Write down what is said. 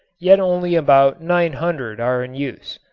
yet only about nine hundred are in use.